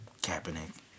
Kaepernick